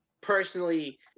personally